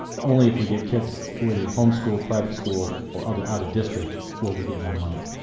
only if we get kids with your homeschool, private school, or other out of district, will we get more money.